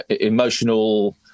emotional